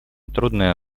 трудное